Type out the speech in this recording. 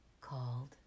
called